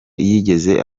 yigeze